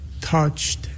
touched